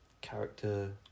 character